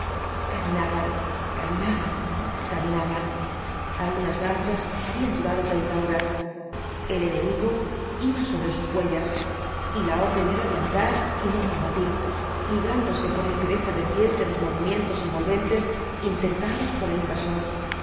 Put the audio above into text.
caminaisan caminaban caminaban algunas marchas habían durado treinta horas el enemigo iba sobre sus huellas y la orden era de andar y no combatir librándose por ligereza de pies de los movimientos envolventes intentados por el invasor